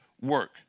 work